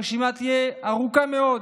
הרשימה תהיה ארוכה מאוד.